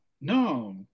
No